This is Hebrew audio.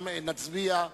גם נצביע.